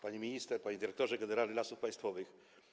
Pani Minister! Panie Dyrektorze Generalny Lasów Państwowych!